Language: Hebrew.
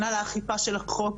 שנה לאכיפה של החוק,